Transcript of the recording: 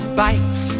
bites